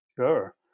Sure